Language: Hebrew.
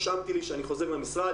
רשמתי לי שאני חוזר למשרד,